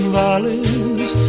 valleys